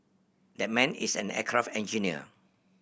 that man is an aircraft engineer